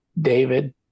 David